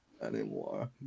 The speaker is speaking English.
anymore